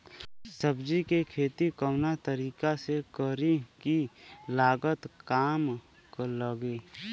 सब्जी के खेती कवना तरीका से करी की लागत काम लगे?